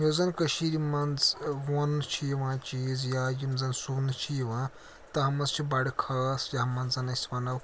یۄس زَن کٔشیٖرۍ منٛز وونٛنہٕ چھِ یِوان چیٖز یا یِم زَن سُونہٕ چھِ یِوان تَہ منٛز چھِ بَڑٕ خاص یَتھ منٛز أسۍ وَنو